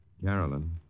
Carolyn